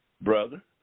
brother